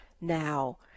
now